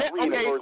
okay